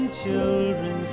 children